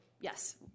yes